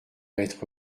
être